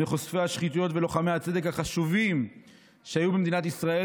מחושפי השחיתויות ולוחמי הצדק החשובים שהיו במדינת ישראל,